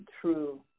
true